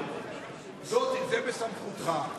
זה בסמכותך,